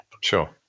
sure